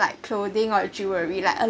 like clothing or jewellery like